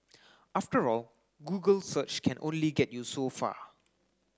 after all Google search can only get you so far